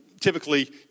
typically